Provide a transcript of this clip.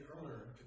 earlier